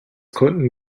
konnten